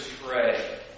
pray